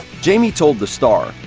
jamie told the star,